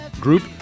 group